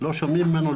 לא שומעים ממנו,